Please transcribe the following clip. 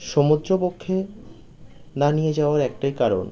সমুদ্রবক্ষে না নিয়ে যাওয়ার একটাই কারণ